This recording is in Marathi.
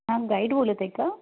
हा गाईड बोलत आहे का